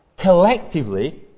collectively